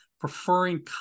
preferring